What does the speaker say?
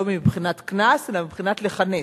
לא מבחינת קנס אלא מבחינת לכנס.